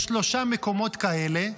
יש שלושה מקומות כאלה,